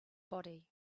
body